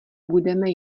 budeme